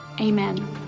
amen